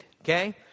Okay